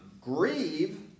grieve